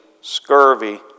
scurvy